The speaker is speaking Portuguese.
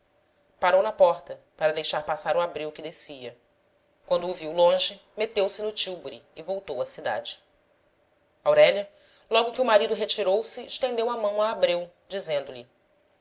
parou na porta para deixar passar o abreu que descia quando o viu longe meteu-se no tílburi e voltou à cidade aurélia logo que o marido retirou-se estendeu a mão a abreu dizendo-lhe